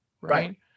Right